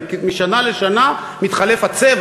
משנה לשנה מתחלף הצבע,